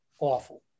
awful